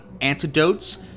antidotes